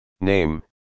Name